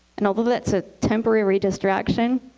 and although that's a temporary distraction,